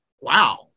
wow